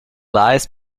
lies